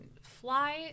fly